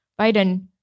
Biden